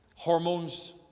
Hormones